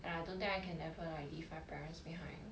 and I don't think I can ever like leave my parents behind